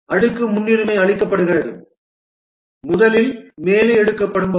அடுக்கு முன்னுரிமை அளிக்கப்படுகிறது முதலில் மேலே எடுக்கப்படும்வை